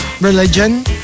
Religion